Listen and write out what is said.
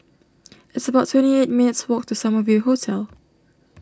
it's about twenty eight minutes' walk to Summer View Hotel